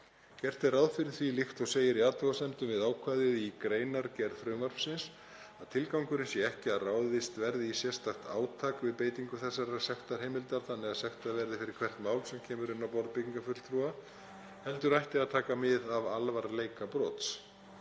Gert er ráð fyrir því líkt og segir í athugasemdum við ákvæðið í greinargerð frumvarpsins að tilgangurinn sé ekki að ráðist verði í sérstakt átak við beitingu þessarar sektarheimildar þannig að sektað verði fyrir hvert mál sem kemur inn á borð byggingafulltrúa heldur ætti að taka mið af alvarleika brots.